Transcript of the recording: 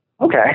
Okay